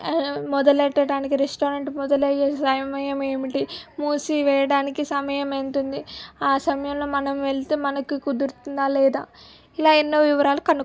మొదలు పెట్టడానికి రెస్టారెంట్ మొదలయ్యే సమయం ఏమిటి మూసివేయడానికి సమయం ఎంత ఉంది ఆ సమయంలో మనం వెళితే మనకు కుదురుతుందా లేదా ఇలా ఎన్నో వివరాలు కనుక